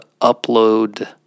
upload